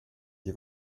die